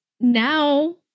now